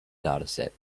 dataset